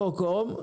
מיקרו-קום,